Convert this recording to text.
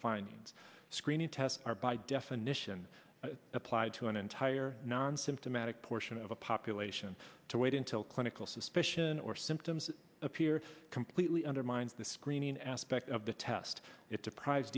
findings screening tests are by definition applied to an entire non symptomatic portion of a population to wait until clinical suspicion or symptoms appear completely undermines the screening aspect of the test it deprives